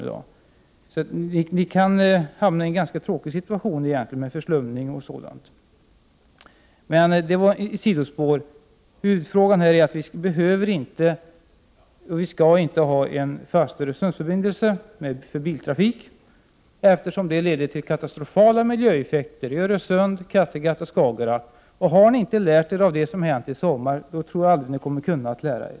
Ni kan alltså hamna i en ganska tråkig situation, med förslumning m.m. Detta var ett sidospår. Huvudfrågan är att det inte behövs och inte skall finnas någon fast Öresundsförbindelse för biltrafik, eftersom en sådan får katastrofala miljöeffekter i Öresund, Kattegatt och Skagerrak. Och har ni inte lärt er av det som hände i somras kommer ni aldrig att kunna lära er.